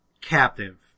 captive